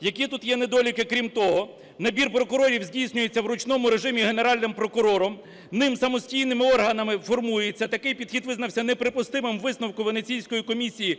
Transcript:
Які тут є недоліки крім того? Набір прокурорів здійснюється в ручному режимі Генеральним прокурором, ним самостійними органами формується, такий підхід визнався неприпустимим у висновку Венеційської комісії